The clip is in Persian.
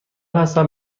هستم